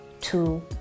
two